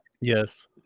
Yes